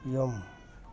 ꯌꯨꯝ